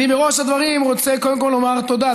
בראש הדברים אני רוצה קודם כול לומר תודה,